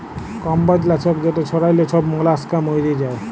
কম্বজ লাছক যেট ছড়াইলে ছব মলাস্কা মইরে যায়